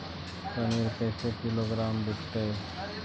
पनिर कैसे किलोग्राम विकतै?